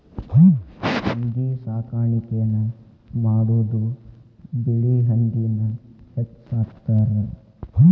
ಹಂದಿ ಸಾಕಾಣಿಕೆನ ಮಾಡುದು ಬಿಳಿ ಹಂದಿನ ಹೆಚ್ಚ ಸಾಕತಾರ